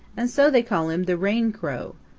and so they call him the rain crow.